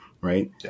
right